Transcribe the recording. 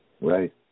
Right